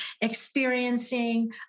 experiencing